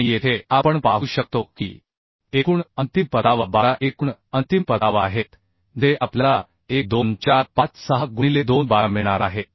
आणि येथे आपण पाहू शकतो की एकूण अंतिम परतावा 12 एकूण अंतिम परतावा आहेत जे आपल्याला 12 4 5 6 गुणिले 2 12 मिळणार आहेत